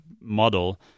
model